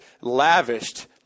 lavished